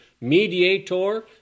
mediator